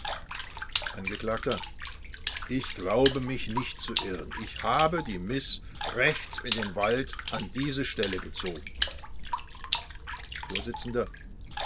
angekl ich glaube mich nicht zu irren ich habe die miß rechts in den wald an diese stelle gezogen